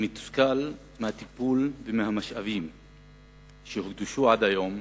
אני מתוסכל מהטיפול ומהמשאבים שהוקדשו עד היום